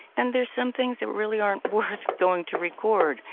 and there's some things that really aren't worth going to record,